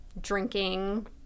drinking